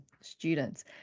students